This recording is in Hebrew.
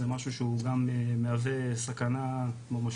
זה משהו שהוא גם מהווה סכנה ממשית,